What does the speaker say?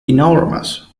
enormous